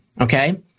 Okay